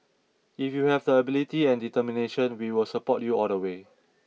if you have the ability and determination we will support you all the way